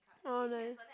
oh nice